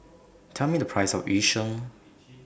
Tell Me The Price of Yu Sheng